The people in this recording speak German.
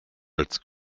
als